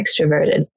extroverted